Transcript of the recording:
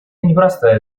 непростая